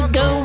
go